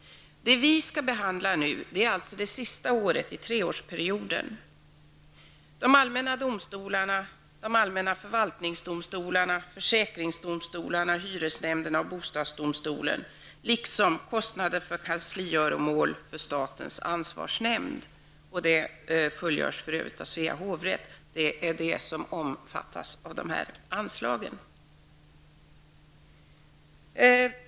Det vi skall behandla nu är alltså det sista året i treårsperioden. De allmänna domstolarna, de allmänna förvaltningsdomstolarna, försäkringsdomstolarna, hyresnämnderna och bostadsdomstolen, liksom kostnader för kansligöromål för statens ansvarsnämnd, som för övrigt fullgörs av Svea hovrätt, omfattas av de här anslagen.